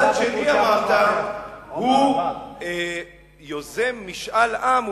מצד שני אמרת: הוא יוזם משאל עם,